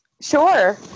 Sure